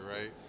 right